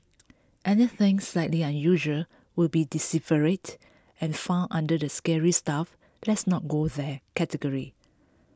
anything slightly unusual will be deciphered and filed under the scary stuff let's not go there category